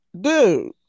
Dude